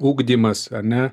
ugdymas ar ne